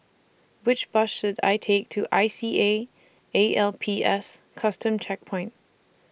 Which Bus should I Take to I C A A L P S Custom Checkpoint